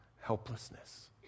helplessness